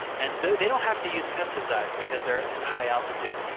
and so they don't have to use pesticides because they're in high altitude.